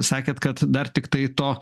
sakėt kad dar tiktai to